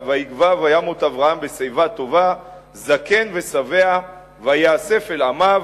"ויגוע וימת אברהם בשיבה טובה זקן ושבע ויאסף אל עמיו.